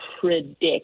predict